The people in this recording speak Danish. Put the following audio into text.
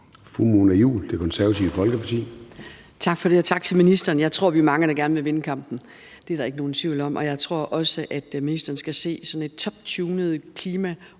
Fru Mona Juul, Det Konservative Folkeparti. Kl. 21:08 Mona Juul (KF): Tak for det, og tak til ministeren. Jeg tror, vi er mange, der gerne vil vinde kampen. Det er der ikke nogen tvivl om, og jeg tror også, at ministeren kan se, at det er sådan et toptunet